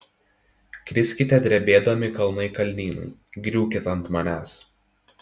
kriskite drebėdami kalnai kalnynai griūkit ant manęs